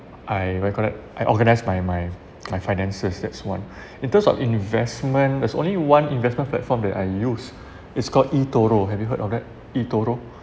I recorded I organised my my my finances that's one in terms of investment there's only one investment platform that I used it's called etoro have you heard of that etoro